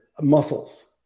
muscles